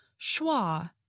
schwa